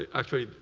actually,